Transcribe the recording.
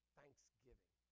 thanksgiving